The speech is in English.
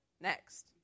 next